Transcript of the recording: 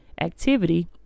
activity